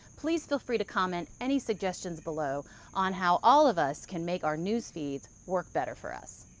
please feel free to comment any suggestions below on how all of us can make our news feeds work better for us.